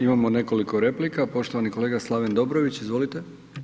Imamo nekoliko replika, poštovani kolega Slaven Dobrović, izvolite.